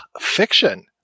Fiction